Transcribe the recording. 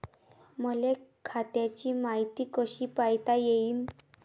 मले खात्याची मायती कशी पायता येईन?